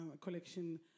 collection